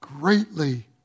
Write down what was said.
greatly